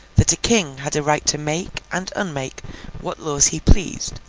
that a king had a right to make and unmake what laws he pleased,